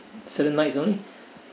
certain nights only